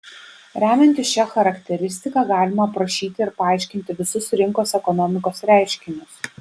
remiantis šia charakteristika galima aprašyti ir paaiškinti visus rinkos ekonomikos reiškinius